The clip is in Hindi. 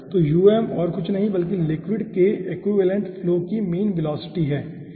तो um और कुछ नहीं बल्कि लिक्विड के एक्विवैलेन्ट फ्लो की मीन वेलोसिटी है ठीक है